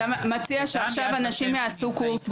אלה מורים שהם חברים בהסתדרות